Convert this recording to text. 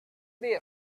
meet